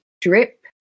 drip